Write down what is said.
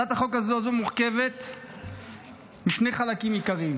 הצעת החוק הזאת מורכבת משני חלקים עיקריים